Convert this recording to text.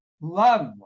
love